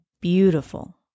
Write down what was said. beautiful